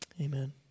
Amen